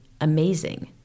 amazing